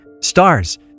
Stars